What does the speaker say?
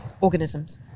organisms